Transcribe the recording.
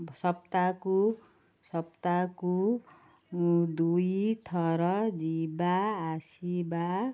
ସପ୍ତାହକୁ ସପ୍ତାହକୁ ଦୁଇଥର ଯିବା ଆସିବା